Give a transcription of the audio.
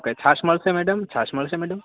કંઈ છાશ મળશે મેડમ છાશ મળશે મેડમ